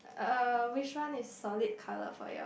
uh which one is solid color for yours